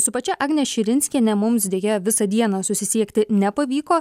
su pačia agne širinskiene mums deja visą dieną susisiekti nepavyko